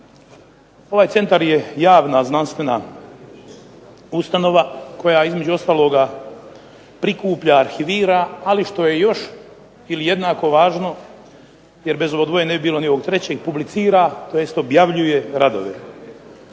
ovaj Centar je javna znanstvena ustanova koja između ostaloga prikuplja, arhivira, ali što je još ili jednako važno, jer bez ovog dvoje ne bi bilo ni ovog trećeg prublicira odnosno objavljuje radove.